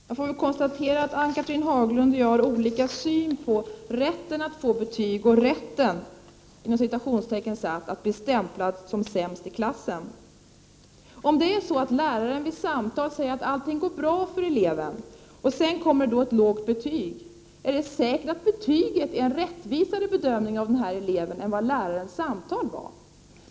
Herr talman! Jag får väl konstatera att Ann-Cathrine Haglund och jag har olika syn på rätten att få betyg, ”rätten” att bli stämplad som sämst i klassen. Om läraren vid samtal säger att allting går bra för eleven och det sedan kommer ett lågt betyg, är det då säkert att betyget är en rättvisare bedömning av den här eleven än vad lärarens samtal var?